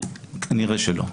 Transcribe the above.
כנראה שלא.